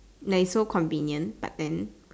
like it's so convenient but then